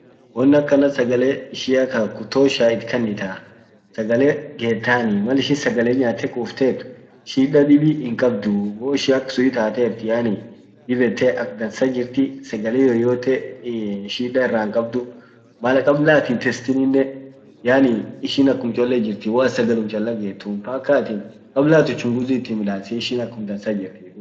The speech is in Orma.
won akana sagale ishia ka kutosha itkanitaa sagale getani mal ishin sagale nyate quftet shida dibi hinqabuu hoishin aksun itatet yani dib yette ak dansa jirti sagale yoyote shida irra hinqabdu mana kabla atin hintestininen yani ishin akum cholle jirti hoat sagalum chala getun paka atin kabla atin uchunguzi itinmidasin ishin akum dansa jirti dum won akanan tun akan jirti hamtuamu.